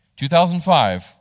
2005